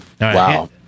Wow